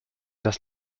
dass